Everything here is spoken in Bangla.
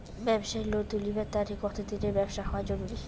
ব্যাবসার লোন তুলিবার তানে কতদিনের ব্যবসা হওয়া জরুরি?